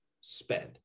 spend